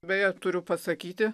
beje turiu pasakyti